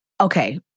Okay